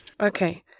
Okay